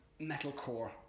Metalcore